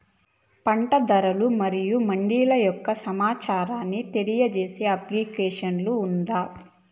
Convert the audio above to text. పంట ధరలు మరియు మండీల యొక్క సమాచారాన్ని తెలియజేసే అప్లికేషన్ ఉందా?